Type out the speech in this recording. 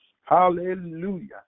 Hallelujah